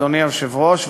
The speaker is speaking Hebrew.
אדוני היושב-ראש,